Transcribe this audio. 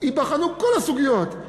ייבחנו כל הסוגיות,